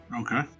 Okay